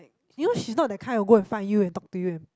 like you know she's not that kind will go and find you and talk to you and